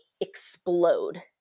explode